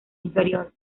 inferior